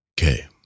Okay